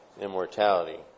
immortality